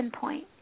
point